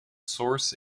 source